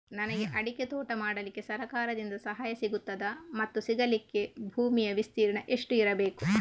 ನನಗೆ ಅಡಿಕೆ ತೋಟ ಮಾಡಲಿಕ್ಕೆ ಸರಕಾರದಿಂದ ಸಹಾಯ ಸಿಗುತ್ತದಾ ಮತ್ತು ಸಿಗಲಿಕ್ಕೆ ಭೂಮಿಯ ವಿಸ್ತೀರ್ಣ ಎಷ್ಟು ಇರಬೇಕು?